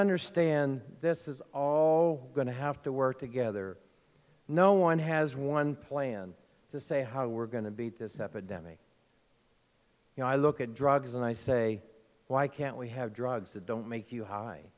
understand this is all going to have to work together no one has one plan to say how we're going to beat this epidemic you know i look at drugs and i say why can't we have drugs that don't make you high